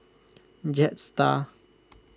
Jetstar